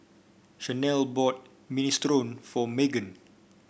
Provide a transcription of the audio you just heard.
Shanelle bought Minestrone for Meggan